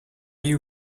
you